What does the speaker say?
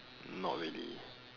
not really